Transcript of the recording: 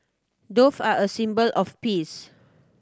dove are a symbol of peace